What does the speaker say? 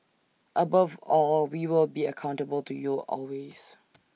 above all we will be accountable to you always